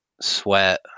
Sweat